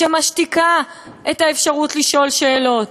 שמשתיקה את האפשרות לשאול שאלות.